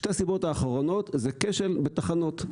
שתי הסיבות האחרונות זה כשל בתחנות.